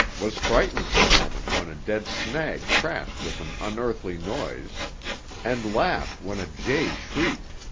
was frightened for a moment when a dead snag crashed with an unearthly noise and laughed when a jay shrieked.